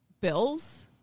bills